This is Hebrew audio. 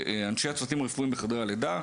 אנשי הצוותים בחדר הלידה.